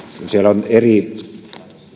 siellä on eri